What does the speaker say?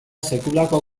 sekulako